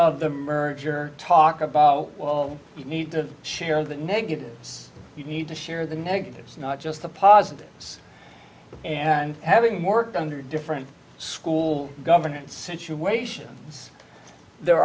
of the merger talk about well you need to share the negatives you need to share the negatives not just the positives and having worked under different school governance situations there